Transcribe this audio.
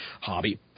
hobby